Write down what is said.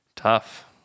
tough